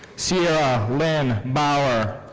sierra lynn bauer